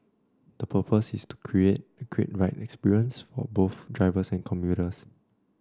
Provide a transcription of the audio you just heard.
the purpose is to create a great ride experience for both drivers and commuters